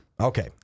Okay